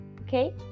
okay